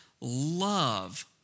love